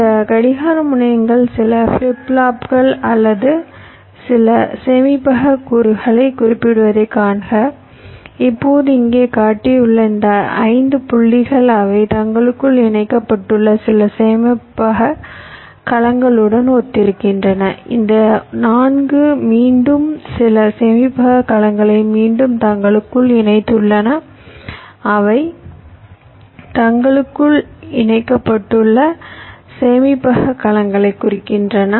இந்த கடிகார முனையங்கள் சில ஃபிளிப் ஃப்ளாப்கள் அல்லது சில சேமிப்பக கூறுகளைக் குறிப்பிடுவதைக் காண்க இப்போது இங்கே காட்டியுள்ள இந்த 5 புள்ளிகள் அவை தங்களுக்குள் இணைக்கப்பட்டுள்ள சில சேமிப்பக கலங்களுடன் ஒத்திருக்கின்றன இந்த 4 மீண்டும் சில சேமிப்பக கலங்களை மீண்டும் தங்களுக்குள் இணைத்துள்ளன அவை தங்களுக்குள் இணைக்கப்பட்டுள்ள சேமிப்பக கலங்களை குறிக்கின்றன